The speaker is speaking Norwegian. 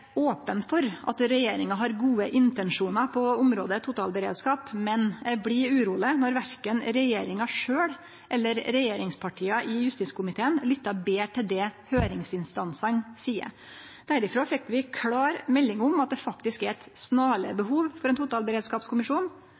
open for at regjeringa har gode intensjonar på området totalberedskap, men eg blir uroleg når verken regjeringa sjølv eller regjeringspartia i justiskomiteen lyttar betre til det høyringsinstansane seier. Derifrå fekk vi klår melding om at det faktisk er eit snarleg behov for ein totalberedskapskommisjon.